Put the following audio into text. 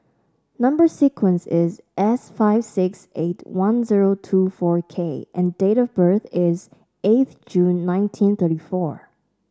number sequence is S five six eight one zero two four K and date of birth is eighth June nineteen thirty four